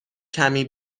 کمی